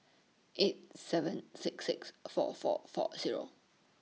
eight seven six six four four four Zero